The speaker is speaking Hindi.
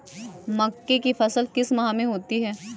मक्के की फसल किस माह में होती है?